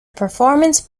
performance